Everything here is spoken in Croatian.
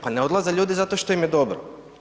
Pa ne odlaze ljudi zato što im je dobro.